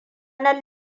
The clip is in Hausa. nan